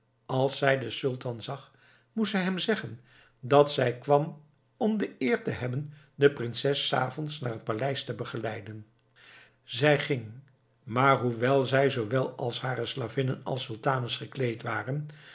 als zij den sultan zag moest zij hem zeggen dat zij kwam om de eer te hebben de prinses s avonds naar haar paleis te begeleiden zij ging maar hoewel zij zoowel als haar slavinnen als sultanes gekleed waren